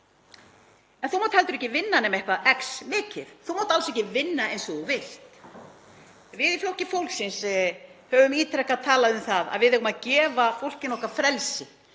En þú mátt heldur ekki vinna nema eitthvað X mikið, þú mátt alls ekki vinna eins og þú vilt. Við í Flokki fólksins höfum ítrekað talað um það að við eigum að gefa fólkinu okkar frelsi.